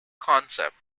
concept